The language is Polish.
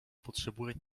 potrzebuje